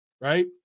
right